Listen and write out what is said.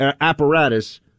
apparatus